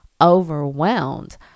overwhelmed